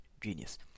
genius